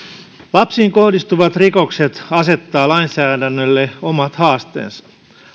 lapsiin kohdistuvat rikokset asettavat lainsäädännölle omat haasteensa